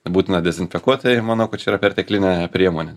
būtina dezinfekuoti manau kad čia yra perteklinė priemonė